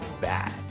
bad